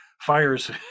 fires